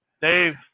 Dave